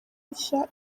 nshya